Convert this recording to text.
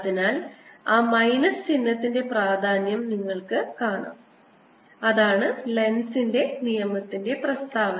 അതിനാൽ ആ മൈനസ് ചിഹ്നത്തിൻറെ പ്രാധാന്യം നിങ്ങൾക്ക് കാണാനാകും അതാണ് ലെൻസിന്റെ നിയമത്തിന്റെ പ്രസ്താവന